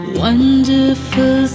wonderful